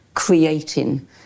creating